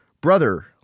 Brother